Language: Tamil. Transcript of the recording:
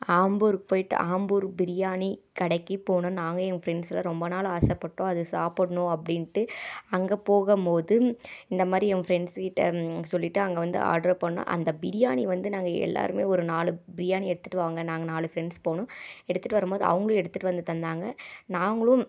ஆம்பூர்க்கு போயிட்டு ஆம்பூர் பிரியாணி கடைக்கு போகணுன்னு நானும் ஏன் ஃப்ரெண்ட்ஸ்லாம் ரொம்ப நாள் ஆசைப்பட்டோம் அது சாப்புடணும் அப்படின்ட்டு அங்கே போகும்போது இந்த மாதிரி என் ஃப்ரெண்ட்ஸ்கிட்ட சொல்லிவிட்டு அங்கே வந்து ஆட்ரு பண்ணிணோம் அந்த பிரியாணி வந்து நாங்கள் எல்லோருமே ஒரு நாலு பிரியாணி எடுத்துகிட்டு வாங்க நாங்கள் நாலு ஃப்ரெண்ட்ஸ் போனோம் எடுத்துட்டு வரும்போது அவங்களும் எடுத்துகிட்டு வந்து தந்தாங்க நாங்களும்